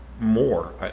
more